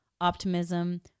optimism